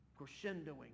crescendoing